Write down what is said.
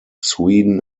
sweden